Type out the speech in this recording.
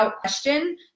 question